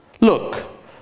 look